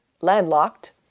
landlocked